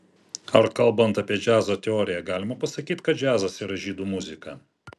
ar kalbant apie džiazo teoriją galima pasakyti kad džiazas yra žydų muzika